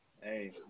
Hey